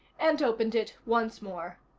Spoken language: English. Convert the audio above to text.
and opened it once more.